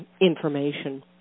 information